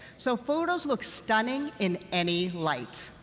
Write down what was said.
so photos look stunning in any light.